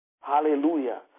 Hallelujah